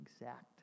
exact